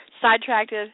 sidetracked